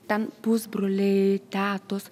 ten pusbroliai tetos